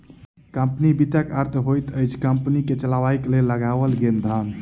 company वित्तक अर्थ होइत अछि कम्पनी के चलयबाक लेल लगाओल गेल धन